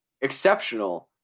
exceptional